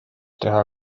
teha